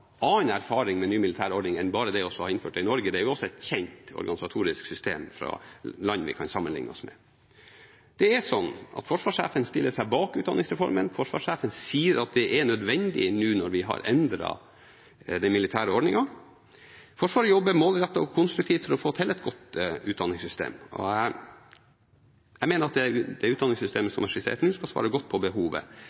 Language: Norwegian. annen erfaring med den nye militære ordningen enn bare det å ha innført den i Norge – det er også et kjent organisatorisk system fra land vi kan sammenligne oss med. Forsvarssjefen stiller seg bak utdanningsreformen. Forsvarssjefen sier at den er nødvendig nå når vi har endret den militære ordningen. Forsvaret jobber målrettet og konstruktivt for å få til et godt utdanningssystem, og jeg mener at det